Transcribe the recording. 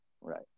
right